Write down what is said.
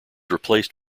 replaced